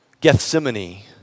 Gethsemane